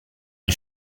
est